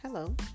Hello